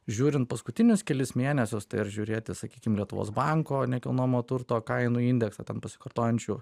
žiūrint paskutinius kelis mėnesius tai ar žiūrėti sakykime lietuvos banko nekilnojamo turto kainų indeksą ten pasikartojančių